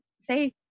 say